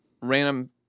random